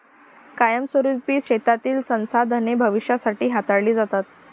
कायमस्वरुपी शेतीतील संसाधने भविष्यासाठी हाताळली जातात